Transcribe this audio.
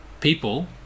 people